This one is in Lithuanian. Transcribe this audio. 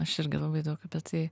aš irgi labai daug apie tai